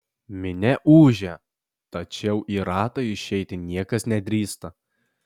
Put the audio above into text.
minia ūžia tačiau į ratą išeiti niekas nedrįsta